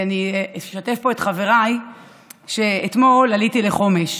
ואני אשתף פה את חבריי בכך שאתמול עליתי לחומש.